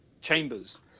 chambers